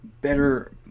better